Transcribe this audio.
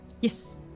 Yes